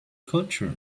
culture